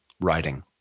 writing